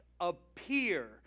appear